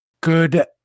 Good